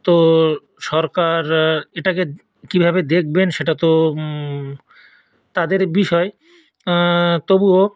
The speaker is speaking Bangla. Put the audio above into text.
তো সরকার এটাকে কীভাবে দেখবেন সেটা তো তাদের বিষয় তবুও